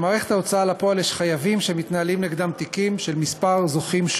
במערכת ההוצאה לפועל יש חייבים שמתנהלים נגדם תיקים של כמה זוכים.